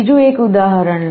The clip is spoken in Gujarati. બીજું એક ઉદાહરણ લો